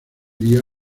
día